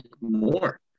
more